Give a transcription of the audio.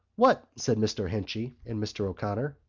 what? said mr. henchy and mr. o'connor.